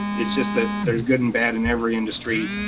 it's just that there's good and bad in every industry,